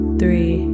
three